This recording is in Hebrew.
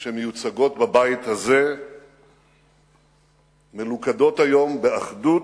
העמדות שמיוצגות בבית הזה מלוכדת היום, באחדות,